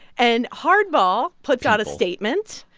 and hardball puts out a statement.